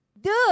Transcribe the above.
dude